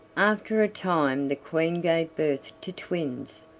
after a time the queen gave birth to twins,